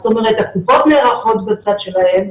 זאת אומרת הקופות נערכות בצד שלהן,